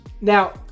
now